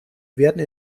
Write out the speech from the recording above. werden